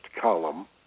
column